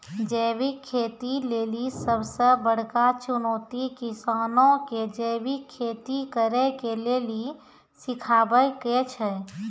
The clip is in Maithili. जैविक खेती लेली सबसे बड़का चुनौती किसानो के जैविक खेती करे के लेली सिखाबै के छै